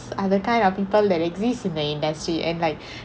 other kind of people that exists in the industry and like